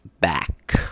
back